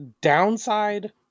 downside